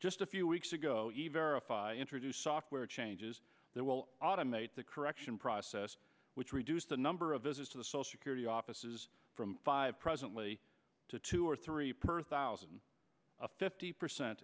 just a few weeks ago even introduce software changes that will automate the correction process which reduce the number of visits to the social security offices from five presently to two or three per thousand a fifty percent